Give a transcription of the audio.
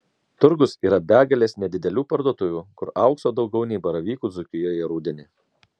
turgus yra begalės nedidelių parduotuvių kur aukso daugiau nei baravykų dzūkijoje rudenį